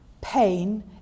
Pain